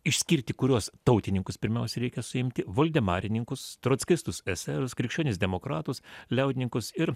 išskirti kuriuos tautininkus pirmiausia reikia suimti voldemarininkus trockistus eserus krikščionis demokratus liaudininkus ir